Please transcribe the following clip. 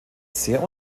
sehr